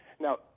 Now